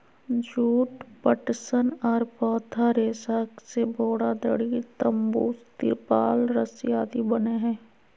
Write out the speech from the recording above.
जुट, पटसन आर पौधा रेशा से बोरा, दरी, तंबू, तिरपाल रस्सी आदि बनय हई